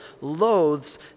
loathes